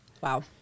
Wow